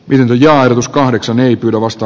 viron jaanus kahdeksan ei pyydä vasta